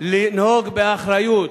לנהוג באחריות.